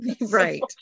Right